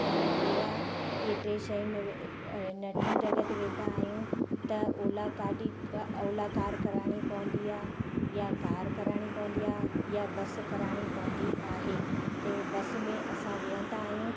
ऐं रीवा इहे टे शहर में इन टिनि जॻहियुनि में वेंदा आहियूं त ओला गाॾी ओला कार कराइणी पवंदी आहे या कार कराइणी पवंदी आहे या बस कराइणी पवंदी आहे तंहिंमें बस में असां विहंदा आहियूं